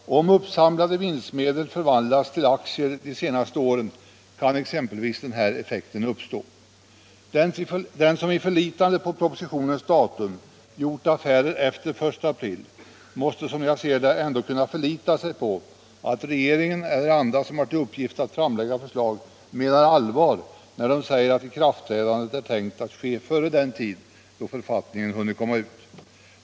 Om exempelvis uppsamlade vinstmedel förvandlats till aktier de senaste åren kan den effekten uppstå. Den som gjort affärer efter den första april måste, som jag ser det, ändå kunna förlita sig på att regeringen eller andra som har till uppgift att framlägga förslag menar allvar när de säger att ikraftträdandet är tänkt att ske före den tid då författningen hunnit komma ut.